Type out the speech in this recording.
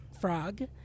frog